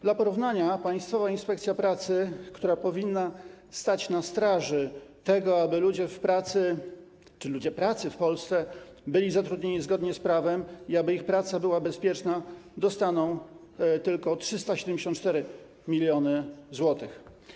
Dla porównania Państwowa Inspekcja Pracy, która powinna stać na straży tego, aby ludzie w pracy czy ludzie pracy w Polsce byli zatrudnieni zgodnie z prawem i aby ich praca była bezpieczna, dostaną tylko 374 mln zł.